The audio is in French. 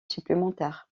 supplémentaires